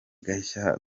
gashya